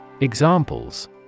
Examples